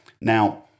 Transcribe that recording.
Now